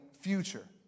future